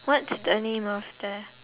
what's the name of the